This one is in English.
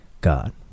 God